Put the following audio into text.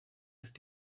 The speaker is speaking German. ist